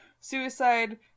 suicide